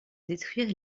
détruire